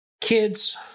Kids